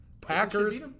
Packers